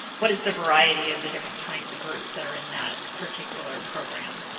what is the variety of the different kinds of groups that are in that particular program?